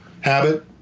habit